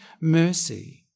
mercy